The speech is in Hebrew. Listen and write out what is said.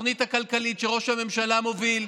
והתוכנית הכלכלית שראש הממשלה מוביל,